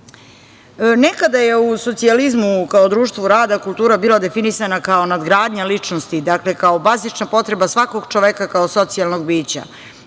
životu? Nekada je u socijalizmu kao društvo rada kultura bila definisana kao nadogradnja ličnosti, kao bazična potreba svakog čoveka kao socijalnog bića.